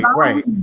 right, right.